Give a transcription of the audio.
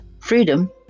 freedom